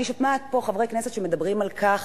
אני שומעת פה חברי כנסת שמדברים על כך